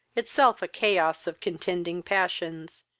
itself a chaos of contending passions,